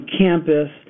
campus